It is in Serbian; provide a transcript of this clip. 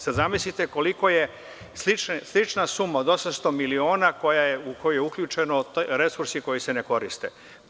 Zamislite koliko je slična suma od 800 miliona u koju su uključeni resursi koji se ne koriste.